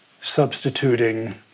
substituting